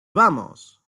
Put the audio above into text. vamos